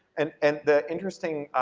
and and the interesting,